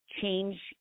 change